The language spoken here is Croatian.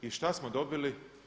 I šta smo dobili?